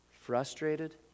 Frustrated